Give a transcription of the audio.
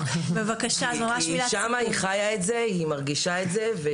היא חיה את זה והיא מרגישה את זה.